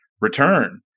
return